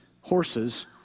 horses